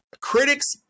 critics